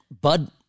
Bud